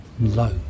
Low